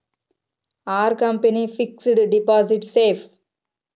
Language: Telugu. Are company fixed deposit safe?